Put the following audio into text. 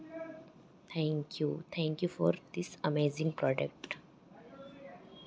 thank you thank you for this amazing product